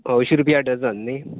अंयशी रुपया डजन न्ही